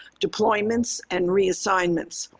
deployments and reassignments.